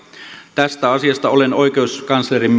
tästä asiasta olen oikeuskanslerin